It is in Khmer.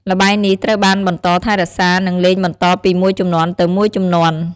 ល្បែងនេះត្រូវបានបន្តថែរក្សា និងលេងបន្តពីមួយជំនាន់ទៅមួយជំនាន់។